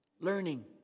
learning